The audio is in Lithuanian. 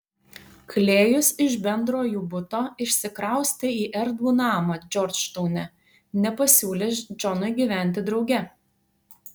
klėjus iš bendro jų buto išsikraustė į erdvų namą džordžtaune nepasiūlęs džonui gyventi drauge